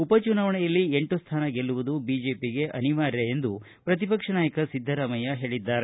ಉಪ ಚುನಾವಣೆಯಲ್ಲಿ ಎಂಟು ಸ್ಥಾನ ಗೆಲ್ಲುವುದು ಬಿಜೆಪಿಗೆ ಅನಿವಾರ್ಯವಾಗಿದೆ ಎಂದು ಪ್ರತಿಪಕ್ಷ ನಾಯಕ ಸಿದ್ದರಾಮಯ್ಯ ಹೇಳದ್ದಾರೆ